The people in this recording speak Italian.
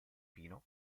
fino